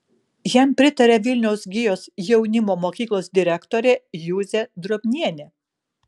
jam pritaria vilniaus gijos jaunimo mokyklos direktorė juzė drobnienė